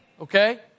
Okay